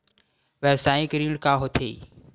व्यवसायिक ऋण का होथे?